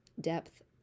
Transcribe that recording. depth